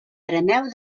arameu